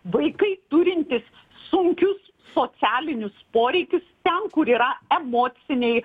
vaikai turintys sunkius socialinius poreikius ten kur yra emociniai